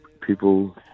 people